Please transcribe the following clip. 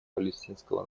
палестинского